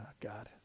God